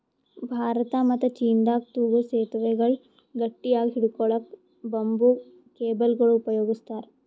ಭಾರತ ಮತ್ತ್ ಚೀನಾದಾಗ್ ತೂಗೂ ಸೆತುವೆಗಳ್ ಗಟ್ಟಿಯಾಗ್ ಹಿಡ್ಕೊಳಕ್ಕ್ ಬಂಬೂ ಕೇಬಲ್ಗೊಳ್ ಉಪಯೋಗಸ್ತಾರ್